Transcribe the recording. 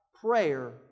prayer